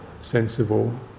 sensible